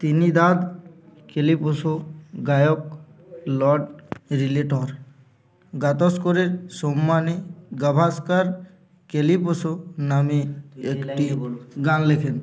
Trinidad calypso গায়ক Lord Relator গাভাস্কারের সন্মানে গাভাস্কার ক্যালিপোসো নামে একটি গান লেখেন